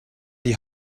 die